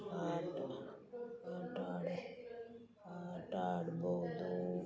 ಆಟ ಆಟ ಆಡ ಆಟಾಡ್ಬೌದು